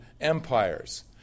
empires